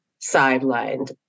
sidelined